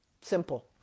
Simple